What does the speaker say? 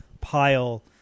pile